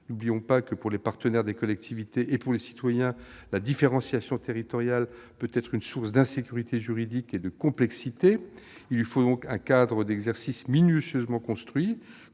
N'oublions pas que pour les partenaires des collectivités et pour les citoyens, la différenciation territoriale peut être une source d'insécurité juridique et de complexité. Il lui faut donc un cadre d'exercice minutieusement construit,